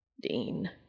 Dean